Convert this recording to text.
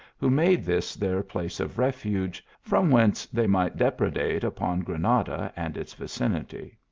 who made this their place of refuge, from whence they might depredate upon granada and its vicinity.